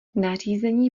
nařízení